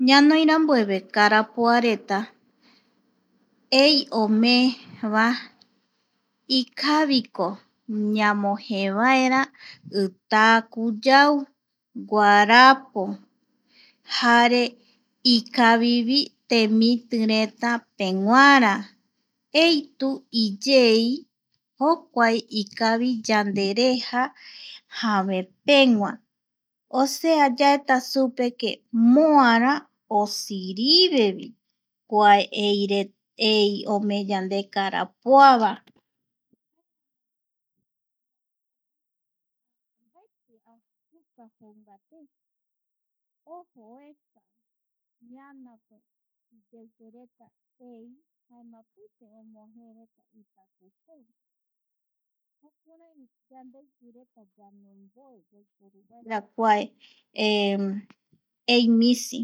Ñanoirambueve karapoareta ei omee va ikakiviviko ñamojee vaera itaku yau, guarapo, jare ikavivi temiti reta peguara, eitu iyei jokua ikavi yandereja javepegua oasea yaeta supe que moa ra osirivevi kua ei omee ikavi yandeve karapov (pausa) kua ei misi.